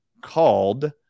called